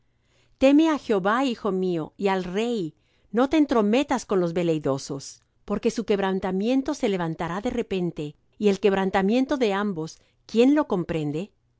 teme á jehová hijo mío y al rey no te entrometas con los veleidosos porque su quebrantamiento se levantará de repente y el quebrantamiento de ambos quién lo comprende